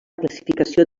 classificació